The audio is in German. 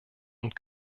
und